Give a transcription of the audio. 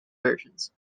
versions